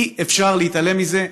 אי-אפשר להתעלם מזה.